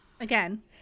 Again